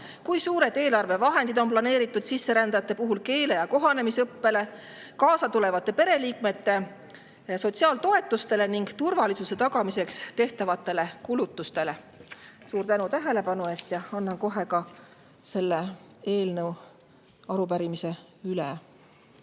Kui suured eelarvevahendid on planeeritud sisserändajate puhul keele- ja kohanemisõppele, kaasa tulevate pereliikmete sotsiaaltoetustele ning turvalisuse tagamiseks tehtavatele kulutustele? Suur tänu tähelepanu eest! Annan kohe ka selle arupärimise üle.